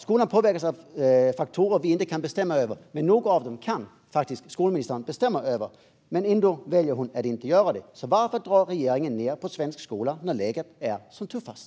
Skolan påverkas av faktorer som vi inte kan bestämma över, men några faktorer kan skolministern faktiskt bestämma över. Ändå väljer hon att inte göra det. Varför drar regeringen ned på svensk skola när läget är som tuffast?